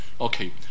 Okay